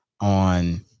on